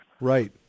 Right